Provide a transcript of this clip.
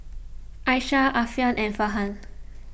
Aishah Alfian and Farhan